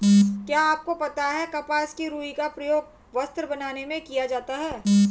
क्या आपको पता है कपास की रूई का प्रयोग वस्त्र बनाने में किया जाता है?